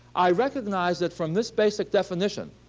i recognize that, from this basic definition,